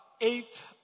eight